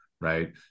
right